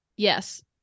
yes